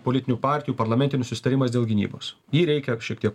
politinių partijų parlamentinis susitarimas dėl gynybos jį reikia šiek tiek